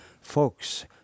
folks